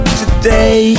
today